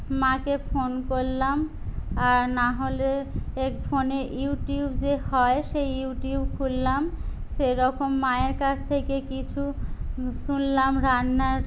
মাকে ফোন করলাম আর না হলে হেড ফোনে ইউটিউব যে হয় সেই ইউটিউব খুললাম সেরকম মায়ের কাছ থেকে কিছু শুনলাম রান্নার